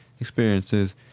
experiences